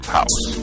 house